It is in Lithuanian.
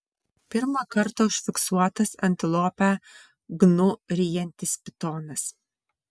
pirmą kartą užfiksuotas antilopę gnu ryjantis pitonas